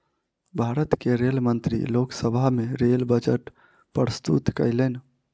भारत के रेल मंत्री लोक सभा में रेल बजट प्रस्तुत कयलैन